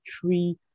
three